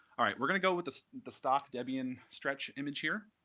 we're going to go with the the stock debian stretch image here,